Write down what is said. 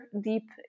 deep